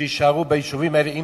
יישארו ביישובים האלה,